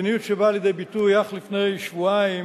מדיניות שבאה לידי ביטוי אך לפני שבועיים,